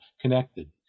connected